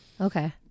Okay